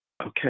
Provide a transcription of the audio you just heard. Okay